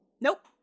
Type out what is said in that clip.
Nope